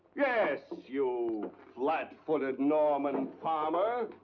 yes, you flat-footed norman farmer!